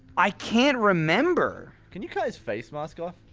i can't remember! can you cut his face mask off?